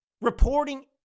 reporting